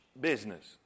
business